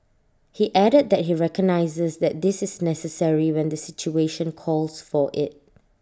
he added that he recognises that this is necessary when the situation calls for IT